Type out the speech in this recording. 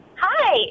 Hi